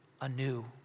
anew